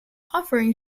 offering